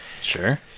Sure